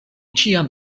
ĉiam